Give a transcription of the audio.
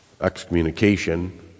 Excommunication